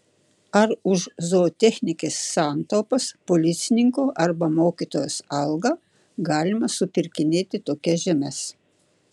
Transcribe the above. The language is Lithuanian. ar už zootechnikės santaupas policininko arba mokytojos algą galima supirkinėti tokias žemes